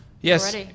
yes